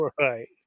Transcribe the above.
right